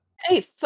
Hey